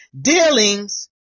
dealings